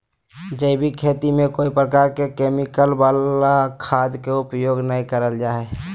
जैविक खेती में कोय प्रकार के केमिकल वला खाद के उपयोग नै करल जा हई